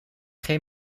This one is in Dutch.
geen